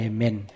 Amen